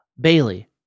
Bailey